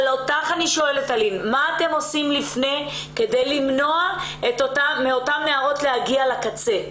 אבל מה אתם עושים לפני כדי למנוע מאותן נערות להגיע לקצה?